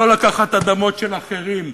לא לקחת אדמות של אחרים,